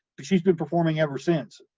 but she's been performing ever since,